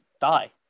die